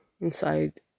inside